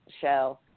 show